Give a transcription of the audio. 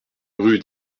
rue